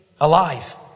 alive